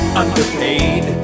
underpaid